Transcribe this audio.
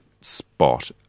spot